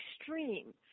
extreme